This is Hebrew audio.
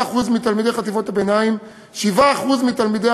10% מתלמידי חטיבות הביניים ו-7% מתלמידי